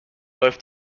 läuft